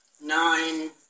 nine